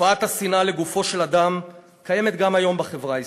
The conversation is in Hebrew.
תופעת השנאה לגופו של אדם קיימת גם היום בחברה הישראלית,